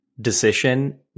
decision